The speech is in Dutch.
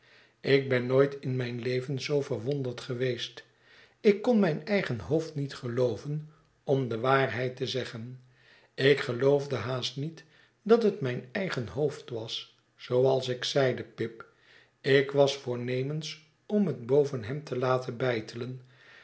ik ben nooit in mijn leven zoo verwonderd geweest ik kon mijn eigen hoofd niet gelooven om de waarheid te zeggen ik geloofde haast niet dat het mijn eigen hoofd was zooals ik zeide pip ik was voornemens om het boven hem te laten